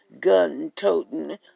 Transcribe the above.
gun-toting